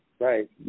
right